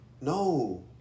No